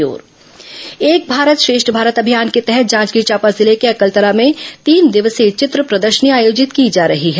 एक भारत श्रेष्ठ भारत एक भारत श्रेष्ठ भारत अभियान के तहत जांजगीर चांपा जिले के अकलतरा में तीन दिवसीय चित्र प्रदर्शनी आयोजित की जा रही है